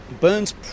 Burns